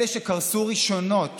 אלה שקרסו ראשונות